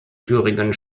thüringen